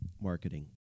marketing